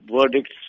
verdicts